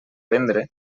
vendre